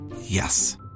Yes